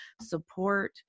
support